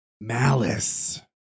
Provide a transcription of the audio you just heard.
Malice